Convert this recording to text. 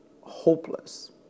hopeless